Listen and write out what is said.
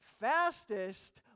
fastest